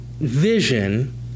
vision